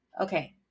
Okay